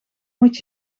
moet